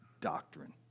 doctrine